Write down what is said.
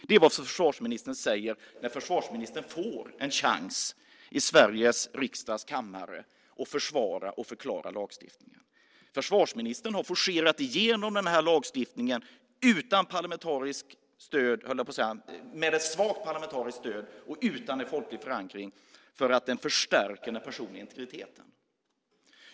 Det är vad försvarsministern säger när han får en chans att i Sveriges riksdags kammare försvara och förklara lagstiftningen. Försvarsministern har alltså forcerat igenom lagstiftningen med ett svagt parlamentariskt stöd och utan folklig förankring för att den förstärker den personliga integriteten.